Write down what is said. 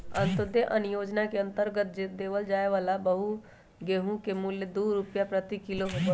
अंत्योदय अन्न योजना के अंतर्गत देवल जाये वाला गेहूं के मूल्य दु रुपीया प्रति किलो होबा हई